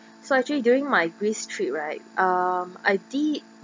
so actually during my greece trip right um I did